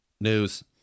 News